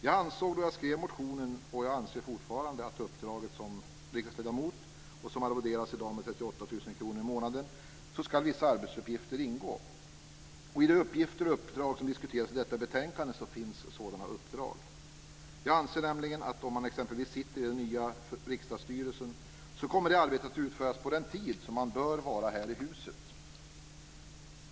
Jag ansåg då jag skrev motionen, och jag anser fortfarande, att i uppdraget som riksdagsledamot som i dag arvoderas med 38 000 kr i månaden ska vissa arbetsuppgifter ingå. I de uppgifter och uppdrag som diskuteras i detta betänkande finns sådana uppdrag. Jag anser nämligen att om man exempelvis sitter i den nya riksdagsstyrelsen kommer det arbetet att utföras på den tid som man bör vara här i huset.